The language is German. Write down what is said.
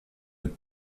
mit